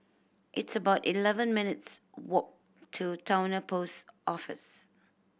it's about eleven minutes' walk to Towner Post Office